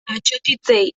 atsotitzei